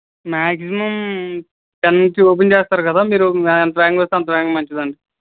maximum టెన్కి open చేస్తారు కదా మీరు ఎంత వేగంగా వస్తే అంత వేగంగా మంచిదండి